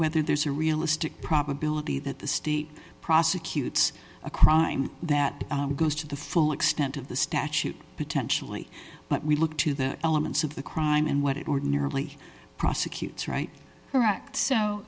whether there's a realistic probability that the state prosecutes a crime that goes to the full extent of the statute potentially but we look to the elements of the crime and what it would nearly prosecute right or act so